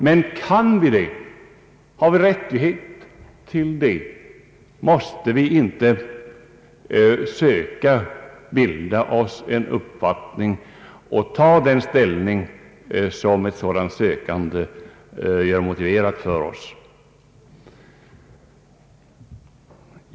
Men kan vi detta och har vi rätt därtill? Måste vi inte söka bilda oss en uppfattning och göra det ställningstagande som motiveras av denna uppfattning?